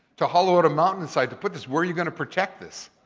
to hollow out a mountain inside to put this. where are you gonna protect this?